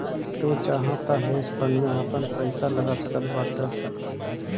तू चाहअ तअ हेज फंड में आपन पईसा लगा सकत बाटअ